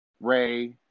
Ray